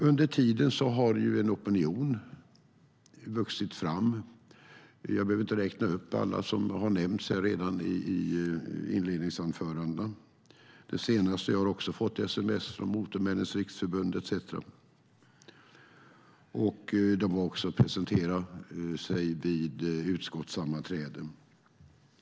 Under tiden har en opinion vuxit fram - jag behöver inte räkna upp alla som redan har nämnts här i inledningsanförandena - och jag har fått sms från Motormännens Riksförbund etcetera. De har också presenterat sig vid utskottssammanträden.